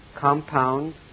compound